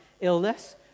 illness